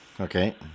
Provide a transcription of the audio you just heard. Okay